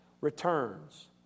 returns